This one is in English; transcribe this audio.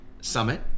summit